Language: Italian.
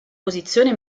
posizione